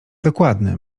dokładne